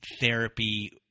therapy